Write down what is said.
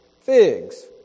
figs